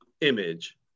image